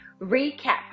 recap